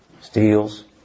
Steals